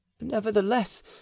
nevertheless